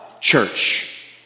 church